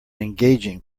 engaging